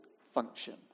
function